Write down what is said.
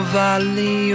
valley